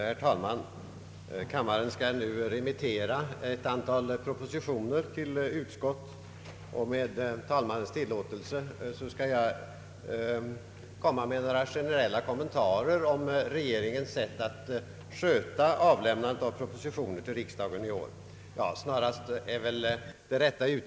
Herr talman! Kammaren skall nu remittera ett antal propositioner till utskott. Med herr talmannens tillåtelse vill jag göra några generella kommentarer om regeringens sätt att sköta — eller snarare missköta — avlämnandet av propositioner till riksdagen i år.